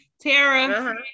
Tara